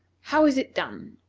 how is it done?